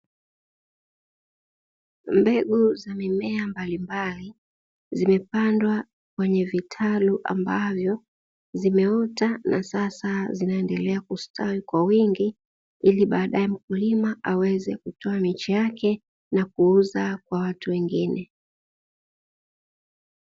Mbegu za mimea mbalimbali zimepandwa kwenye vitalu, ambapo zimeota na sasa zinaendelea kustawi kwa wingi ili baadae mkulima aweze kutoa miche yake na kuuza kwa watu wengine.